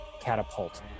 catapult